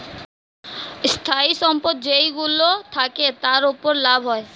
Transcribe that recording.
স্থায়ী সম্পদ যেইগুলো থাকে, তার উপর লাভ হয়